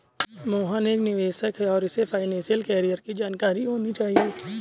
मोहन एक निवेशक है और उसे फाइनेशियल कैरियर की जानकारी होनी चाहिए